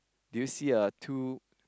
do you see a two